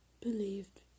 believed